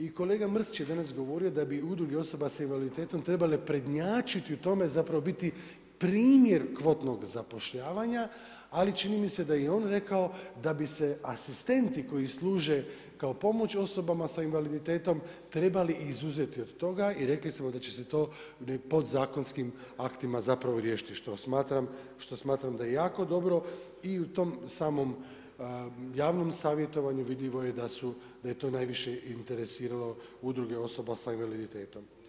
I kolega Mrsić je danas govorio da bi udruge osoba s invaliditetom trebale prednjačiti u tome, zapravo biti primjer kvotnog zapošljavanja ali čini mi se da je i on rekao da bi se asistenti koji služe kao pomoć osobama sa invaliditetom trebali izuzeti od toga i rekli smo da će se to podzakonskim aktima zapravo riješiti što smatram da je jako dobro i u tom samom javnom savjetovanju vidljivo je da su, da je to najviše interesiralo udruge osoba sa invaliditetom.